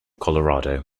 colorado